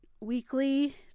weekly